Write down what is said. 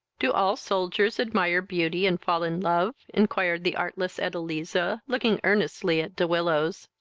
do all soldiers admire beauty, and fall in love? inquired the artless edeliza, looking earnestly at de willows.